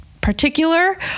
particular